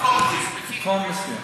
מקום מסוים.